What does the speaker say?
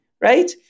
right